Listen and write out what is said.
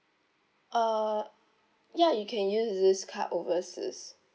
uh ya you can use this card overseas